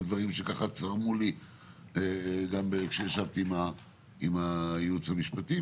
אלה הדברים שככה צרמו לי גם כשישבתי עם הייעוץ המשפטי,